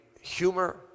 humor